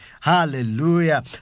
Hallelujah